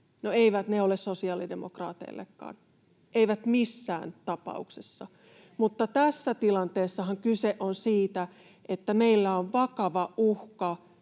eivät ne ole sosiaalidemokraateillekaan, eivät missään tapauksessa, mutta tässä tilanteessahan kyse on siitä, että meillä on vakava uhka